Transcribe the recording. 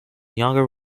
younger